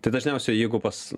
tai dažniausiai jeigu pas